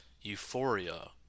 euphoria